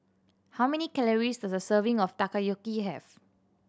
how many calories does a serving of Takoyaki have